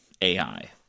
AI